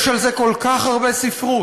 יש על זה כל כך הרבה ספרות,